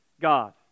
God